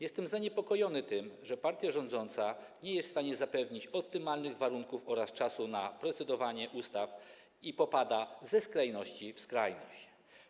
Jestem zaniepokojony tym, że partia rządząca nie jest w stanie zapewnić optymalnych warunków ani czasu na procedowanie nad ustawami i popada ze skrajności w skrajność.